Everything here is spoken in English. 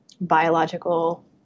biological